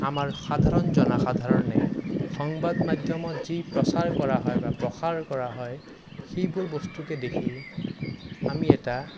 আমাৰ সাধাৰণ জনসাধাৰণে সংবাদ মাধ্যমত যি প্ৰচাৰ কৰা হয় বা প্ৰসাৰ কৰা হয় সেইবোৰ বস্তুকে দেখি আমি এটা